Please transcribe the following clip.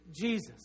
Jesus